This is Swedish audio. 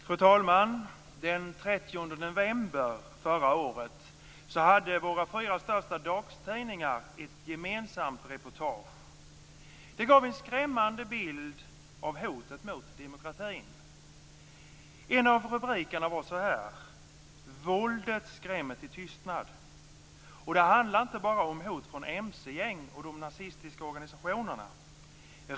Fru talman! Den 30 november förra året hade våra fyra största dagstidningar ett gemensamt reportage. Det gav en skrämmande bild av hotet mot demokratin. En av rubrikerna löd så här: Våldet skrämmer till tystnad. Och det handlar inte bara om hot från mcgäng och de nazistiska organisationerna.